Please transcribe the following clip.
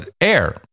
air